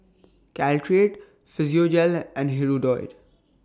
Caltrate Physiogel and Hirudoid